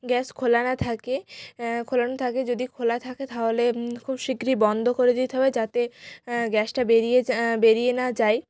gas খোলা না থাকে খোলা না থাকে যদি খোলা থাকে তাহলে খুব শিগগির বন্ধ করে দিতে হবে যাতে গ্যাসটা বেরিয়ে বেরিয়ে না যায়